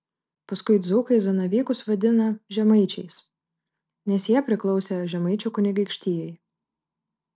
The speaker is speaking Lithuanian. paskui dzūkai zanavykus vadina žemaičiais nes jie priklausė žemaičių kunigaikštijai